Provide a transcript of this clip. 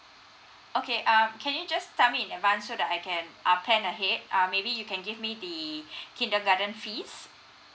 okay um can you just tell me in advance so that I can uh plan ahead uh maybe you can give me the kindergarten fees